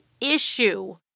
issue